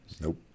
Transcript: Nope